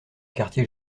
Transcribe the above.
quartier